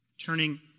turning